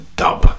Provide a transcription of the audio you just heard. dub